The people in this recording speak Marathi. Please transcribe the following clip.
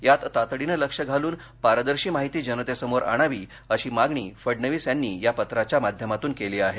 यात तातडीनं लक्ष घालून पारदर्शी माहिती जनतेसमोर आणावी अशी मागणी फडणवीस यांनी या पत्राच्या माध्यमातून केली आहे